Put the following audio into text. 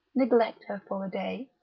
neglect her for a day,